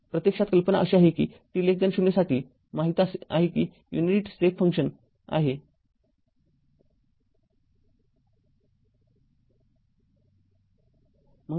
प्रत्यक्षात कल्पना अशी आहे कि t0 साठी माहीत आहे कि युनिट स्टेप फंक्शन u0 आहे आणि t0 साठी u१ आहे